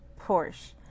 Porsche